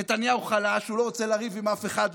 נתניהו חלש, הוא לא רוצה לריב עם אף אחד מהם,